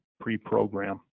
pre-program